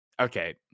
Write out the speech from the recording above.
Okay